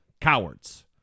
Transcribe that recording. cowards